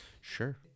Sure